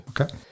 Okay